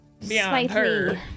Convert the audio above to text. slightly